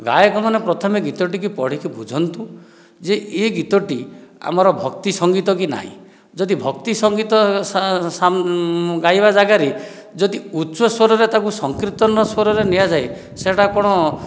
ଗାୟକମାନେ ପ୍ରଥମେ ଗୀତଟିକୁ ପଢ଼ିକି ବୁଝନ୍ତୁ ଯେ ଏ ଗୀତଟି ଆମର ଭକ୍ତି ସଙ୍ଗୀତ କି ନାହିଁ ଯଦି ଭକ୍ତି ସଙ୍ଗୀତ ଗାଇବା ଜାଗାରେ ଯଦି ଉଚ୍ଚ ସ୍ୱରରେ ତାକୁ ସଂକୀର୍ତ୍ତନ ସ୍ୱରରେ ନିଆଯାଏ ସେହିଟା କ'ଣ